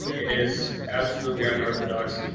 it is absolutely an orthodox.